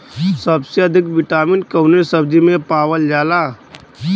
सबसे अधिक विटामिन कवने सब्जी में पावल जाला?